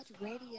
Radio